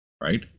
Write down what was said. right